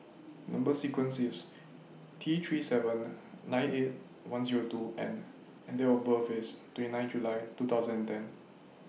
Number sequence IS T three seven nine eight one Zero two N and Date of birth IS twenty nine July two thousand and ten